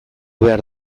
behar